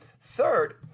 Third